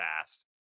fast